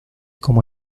como